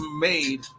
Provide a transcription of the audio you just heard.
made